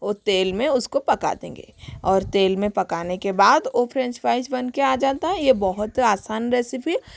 वो तेल में उसको पका देंगे और तेल में पकाने के बाद वो फ्रेंच फ्राइज बन के आ जाता है ये बहुत आसान रेसिपी है